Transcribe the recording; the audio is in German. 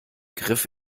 griff